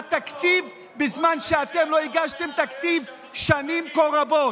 תקציב בזמן שאתם לא הגשתם תקציב שנים כה רבות.